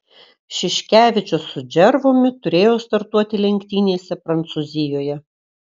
šiškevičius su džervumi turėjo startuoti lenktynėse prancūzijoje